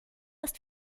ist